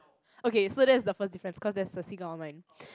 okay so that's the first difference because there's a seagull on mine